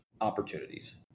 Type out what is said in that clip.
opportunities